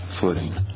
footing